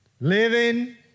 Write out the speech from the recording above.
living